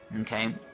Okay